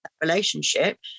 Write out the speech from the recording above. relationship